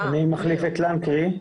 אני מחליף את לנקרי.